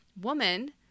woman